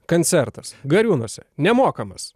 kancertas gariūnuose nemokamas